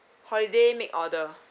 holiday make order